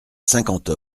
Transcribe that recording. cinquante